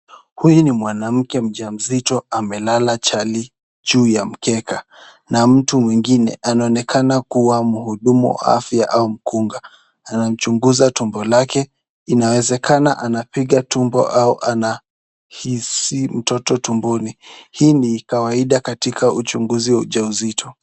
Huyu ni mwanamke mjamzito amelala chali juu ya mkeka na mtu mwingine anaonekana kuwa mhudumu wa afya au mkunga anamchunguza tumbo lake. Inawezekana anapiga tumbo au anahisi mtoto tumboni. Hii ni kawaida katika uchunguzi wa ujauzito.